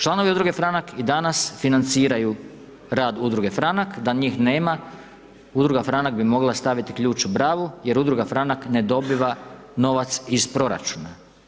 Članovi udruge Franak i danas financiraju rad udruge Franak, da njih nema, udruga Franak bi mogla staviti ključ u bravu, jer udruga Franak ne dobiva novac iz proračuna.